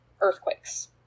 earthquakes